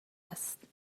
است